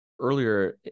earlier